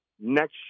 next